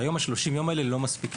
היום ה-30 יום לא מספיקים.